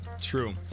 True